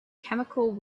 chemical